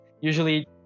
usually